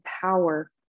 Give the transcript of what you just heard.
power